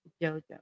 JoJo